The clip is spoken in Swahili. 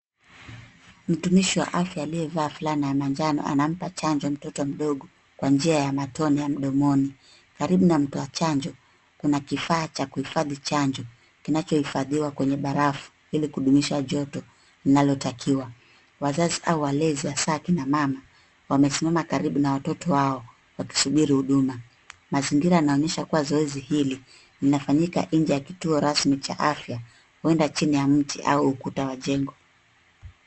Mtumishi wa afya aliyevaa fulana ya manjano anampa chanjo mtoto mdogo kwa njia ya matone ya mdomoni ,karibu na mtu wa chanjo kuna kifaa cha kuhifadhi chanjo kinachohifadhiwa kwenye barafu ili kudumisha joto linalotakiwa, wazazi au walezi asa akina mama wamesimama karibu na watoto wao wakisubiri huduma mazingira yanaonyesha kuwa zoezi hili linafanyika nje ya kituo rasmi cha afya huenda chini ya mti au ukuta wa jengo.